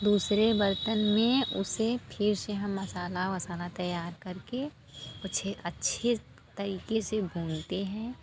दूसरे बर्तन में उसे फिर से हम मसाला वसाला तैयार कर के उसे अच्छे तरीक़े से भूनते हैं